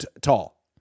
tall